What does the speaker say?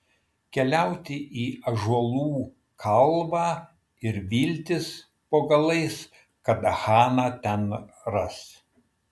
keliauti į ąžuolų kalvą ir viltis po galais kad haną ten ras